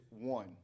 one